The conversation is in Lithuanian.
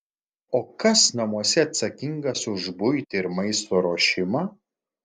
o kas namuose atsakingas už buitį ir maisto ruošimą